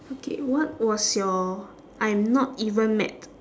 okay what was your I'm not even mad